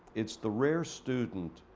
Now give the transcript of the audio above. it's the rare student